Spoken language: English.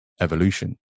evolution